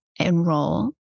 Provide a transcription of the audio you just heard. enroll